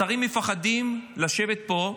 השרים מפחדים לשבת פה,